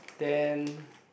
then